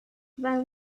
then